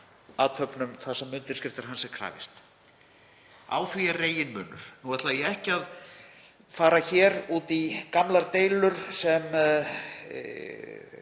athöfnum þar sem undirskriftar hans er krafist. Á því er reginmunur. Nú ætla ég ekki að fara hér út í gamlar deilur sem